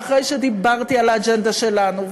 ואחרי שדיברתי על האג'נדה שלנו,